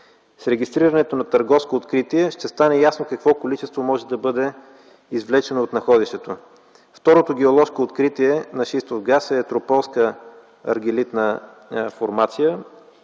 С регистрирането на търговско откритие ще стане ясно какво количество може да бъде извлечено от находището. Второто геоложко откритие на шистов газ е „Етрополска аргелитна формация”,